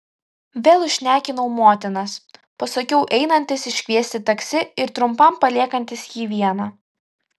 vėl užšnekinau motinas pasakiau einantis iškviesti taksi ir trumpam paliekantis jį vieną